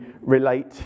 relate